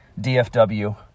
DFW